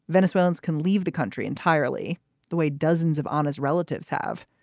venezuelans can leave the country entirely the way dozens of on his relatives have.